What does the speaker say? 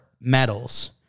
medals